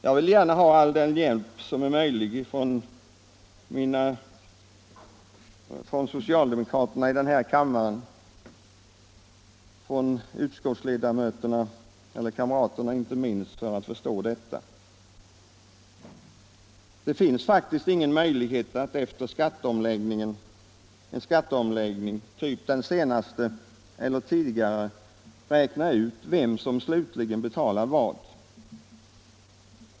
Jag vill gärna ha all den hjälp som är möjlig från socialdemokraterna i denna kammare liksom från utskottskamraterna för att förstå detta. Det finns faktiskt ingen möjlighet att efter en skatteomläggning typ den senaste eller tidigare räkna ut vem som slutligen betalar vad.